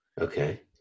Okay